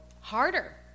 harder